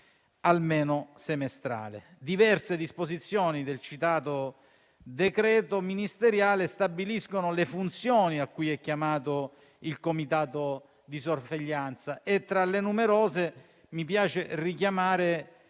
almeno semestrale. Diverse disposizioni del citato decreto ministeriale stabiliscono le funzioni cui è chiamato il comitato di sorveglianza. Tra le numerose, mi piace richiamare